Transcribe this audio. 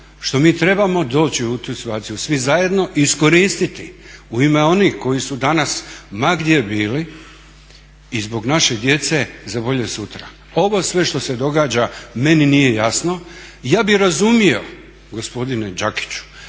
što mi trebamo doći u tu situaciju svi zajedno iskoristiti u ime onih koji su danas ma gdje bili i zbog naše djece za bolje sutra. Ovo sve što se događa meni nije jasno. Ja bi razumio gospodine Đakiću